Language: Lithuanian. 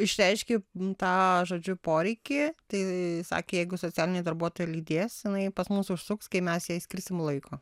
išreiški tą žodžiu poreikį tai sakė jeigu socialinė darbuotoja lydės jinai pas mus užsuks kai mes jai skirsim laiko